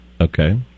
Okay